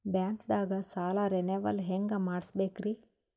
ಬ್ಯಾಂಕ್ದಾಗ ಸಾಲ ರೇನೆವಲ್ ಹೆಂಗ್ ಮಾಡ್ಸಬೇಕರಿ?